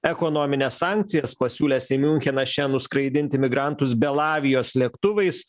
ekonomines sankcijas pasiūlęs į miuncheną šian nuskraidinti migrantus belavijos lėktuvais